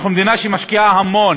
אנחנו מדינה שמשקיעה המון